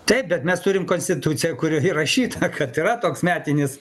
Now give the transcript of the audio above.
taip bet mes turim konstituciją kur įrašyta kad yra toks metinis